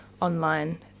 online